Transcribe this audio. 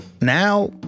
Now